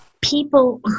people